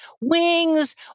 wings